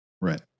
Right